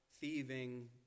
thieving